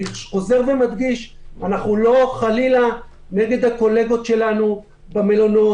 אני חוזר ומדגיש: אנחנו חלילה לא נגד הקולגות שלנו במלונות.